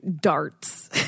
darts